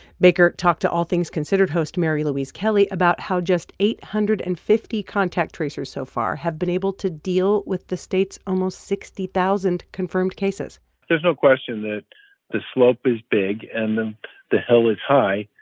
baker talked to all things considered host mary louise kelly about how just eight hundred and fifty contact tracers so far have been able to deal with the state's almost sixty thousand confirmed cases there's no question that the slope is big, and the hill is high.